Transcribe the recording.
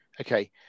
Okay